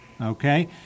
Okay